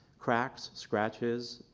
cracks, scratches,